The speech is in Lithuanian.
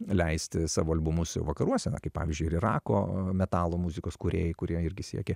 leisti savo albumuose vakaruose na kaip pavyzdžiui ir irako metalo muzikos kūrėjai kurie irgi siekia